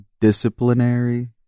disciplinary